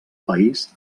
país